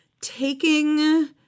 taking